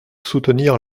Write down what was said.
soutenir